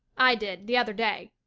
i did, the other day.